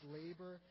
labor